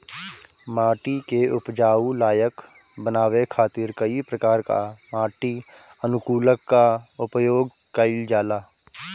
माटी के उपजाऊ लायक बनावे खातिर कई प्रकार कअ माटी अनुकूलक कअ उपयोग कइल जाला